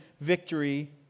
victory